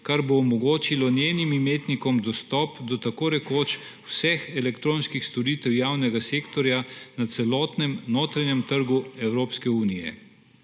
kar bo omogočilo njenim imetnikom dostop do tako rekoč vseh elektronskih storitev javnega sektorja na celotnem notranjem trgu Evropske unije.